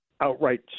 outright